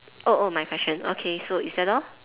oh oh my question okay so is that all